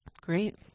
Great